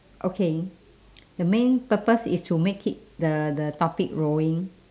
okay the main purpose is to make it the the topic rolling